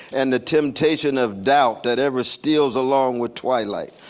and the temptation of doubt that ever steels along with twilight.